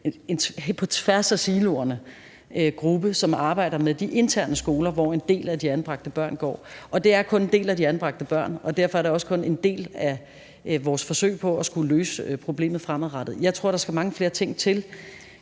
på tværs af siloerne, som arbejder med de interne skoler, hvor en del af de anbragte børn går, og det er kun en del af de anbragte børn, og derfor er det også kun en del af vores forsøg på at skulle løse problemet fremadrettet. Jeg tror, at der skal mange flere ting til,